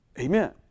Amen